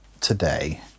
today